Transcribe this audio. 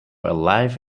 alive